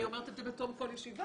אני אומרת את זה בתום כל ישיבה.